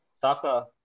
Saka